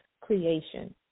creation